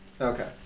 Okay